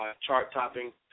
chart-topping